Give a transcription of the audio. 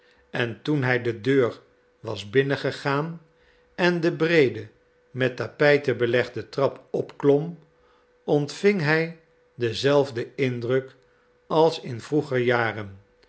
en toen hij de deur was binnengegaan en de breede met tapijten belegde trap opklom ontving hij denzelfden indruk als in vroeger jaren